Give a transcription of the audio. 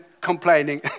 complaining